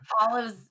olives